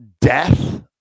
Death